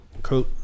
Cool